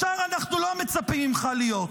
ישר אנחנו לא מצפים ממך להיות.